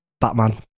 Batman